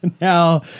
Now